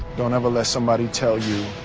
don't ever let somebody tell you,